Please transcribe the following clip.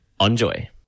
Enjoy